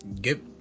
Get